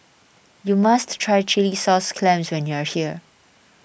you must try Chilli Sauce Clams when you are here